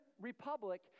Republic